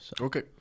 Okay